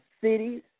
cities